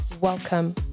Welcome